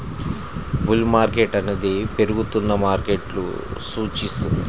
bull market అనేది పెరుగుతున్న మార్కెట్ను సూచిస్తుంది